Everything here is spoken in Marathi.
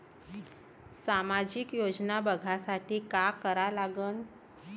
सामाजिक योजना बघासाठी का करा लागन?